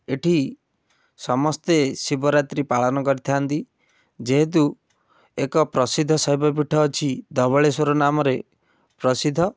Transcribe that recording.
ଏଠି ସମସ୍ତେ ଶିବରାତ୍ରି ପାଳନ କରିଥାନ୍ତି ଯେହେତୁ ଏକ ପ୍ରସିଦ୍ଧ ଶୈବ ପିଠ ଅଛି ଧବଳେଶ୍ଵର ନାମରେ ପ୍ରସିଦ୍ଧ